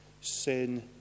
sin